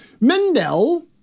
Mendel